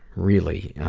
really